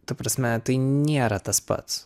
ta prasme tai nėra tas pats